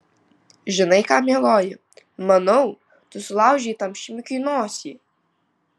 žinai ką mieloji manau tu sulaužei tam šmikiui nosį